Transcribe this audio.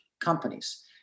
companies